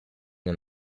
non